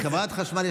חברת חשמל,